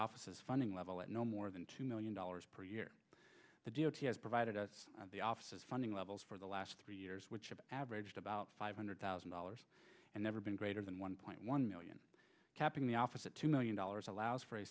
office funding level at no more than two million dollars per year the d o t has provided us the office's funding levels for the last three years which have averaged about five hundred thousand dollars and never been greater than one point one million cap in the office a two million dollars allows for a